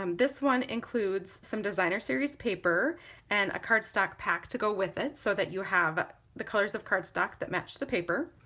um this one includes some designer series paper and a cardstock pack to go with it so that you have the colors of cardstock that match the paper,